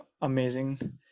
Amazing